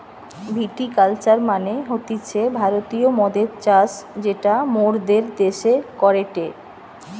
ভিটি culture মানে হতিছে ভারতীয় মদের চাষ যেটা মোরদের দ্যাশে করেটে